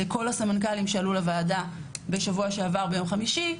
לכל הסמנכ"לים שעלו לוועדה בשבוע שעבר ביום חמישי.